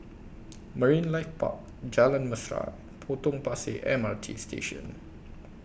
Marine Life Park Jalan Mesra and Potong Pasir M R T Station